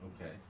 Okay